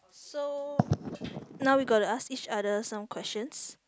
so now we gotta ask each other some questions